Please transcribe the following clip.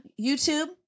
YouTube